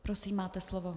Prosím, máte slovo.